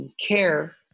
care